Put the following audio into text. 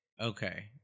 Okay